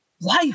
life